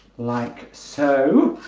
like so